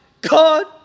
God